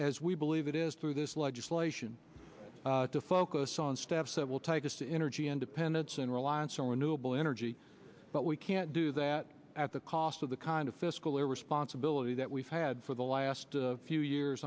as we believe it is through this legislation to focus on steps that will take us to energy independence and reliance on renewable energy but we can't do that at the cost of the kind of fiscal irresponsibility that we've had for the last few years